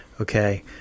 okay